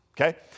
Okay